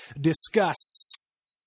Discuss